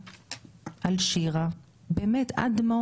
צריך ליישב אותן במובן הזה שהן ישבו,